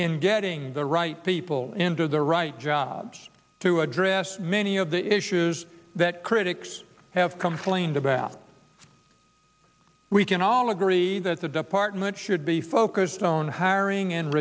in getting the right people into the right jobs to address many of the issues that critics have complained about we can all agree that the department should be focused on hiring and